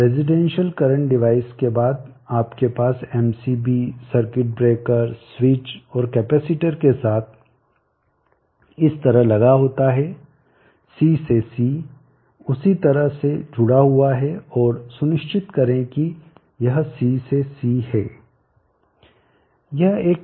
residential current device के बाद आपके पास MCB सर्किट ब्रेकर स्विच और कैपेसिटर के साथ इस तरह लगा होता है C से C उसी तरह से जुड़ा हुआ है और सुनिश्चित करें कि यह C से C है